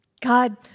God